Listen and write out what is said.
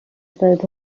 زاده